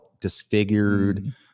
disfigured